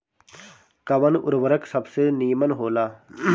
कवन उर्वरक सबसे नीमन होला?